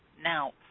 Now